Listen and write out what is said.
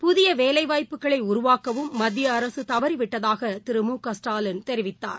புதிய வேலை வாய்ப்புகளை உருவாக்கவும் மத்திய அரசு தவறி விட்டதாக திரு மு க ஸ்டாலின் தெரிவித்தார்